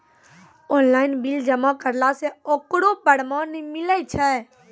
Online bill जमा करला से ओकरौ परमान मिलै छै?